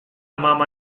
mama